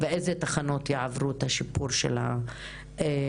ואילו תחנות יעברו את השיפור של המבנים.